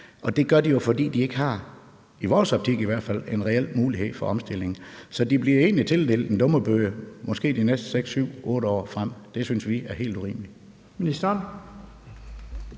og det gør de jo, fordi de, i hvert fald i vores optik, ikke har en reel mulighed for at omstille sig. Så de bliver egentlig tildelt en dummebøde måske de næste 6, 7, 8 år frem. Det synes vi er helt urimeligt.